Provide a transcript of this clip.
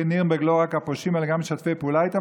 נירנברג לא רק הפושעים אלא גם משתפי פעולה איתם,